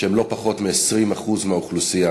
שהם לא פחות מ-20% מהאוכלוסייה.